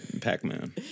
Pac-Man